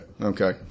Okay